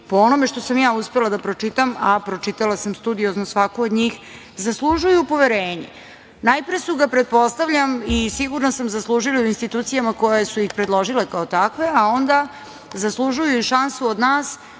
po onome što sam ja uspela da pročitam, a pročitala sam studiozno svaku od njih, zaslužuju poverenje. Najpre su ga, pretpostavljam i sigurna sam, zaslužili u institucijama koje su ih predložile kao takve, a onda zaslužuju i šansu od nas